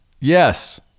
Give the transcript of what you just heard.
Yes